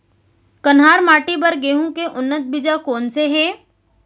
कन्हार माटी बर गेहूँ के उन्नत बीजा कोन से हे?